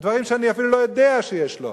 דברים שאני אפילו לא יודע שיש לו.